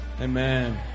Amen